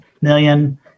million